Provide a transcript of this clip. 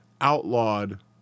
outlawed